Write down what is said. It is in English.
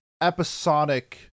episodic